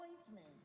appointment